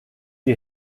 die